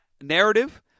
narrative